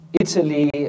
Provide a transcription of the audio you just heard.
Italy